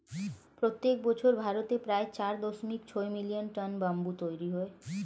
প্রত্যেক বছর ভারতে প্রায় চার দশমিক ছয় মিলিয়ন টন ব্যাম্বু তৈরী হয়